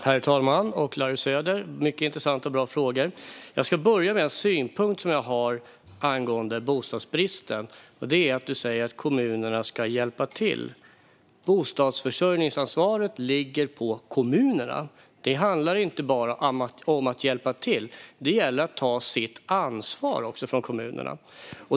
Herr talman och Larry Söder! Det var mycket intressanta och bra frågor. Jag ska börja med en synpunkt jag har angående bostadsbristen, Larry Söder, och den gäller det du säger om att kommunerna ska hjälpa till. Bostadsförsörjningsansvaret ligger på kommunerna. Det handlar inte om att bara hjälpa till, utan det handlar om att kommunerna ska ta sitt ansvar.